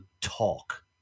talk